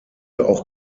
auch